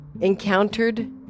encountered